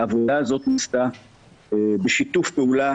העבודה הזאת נעשתה בשיתוף פעולה